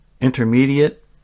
intermediate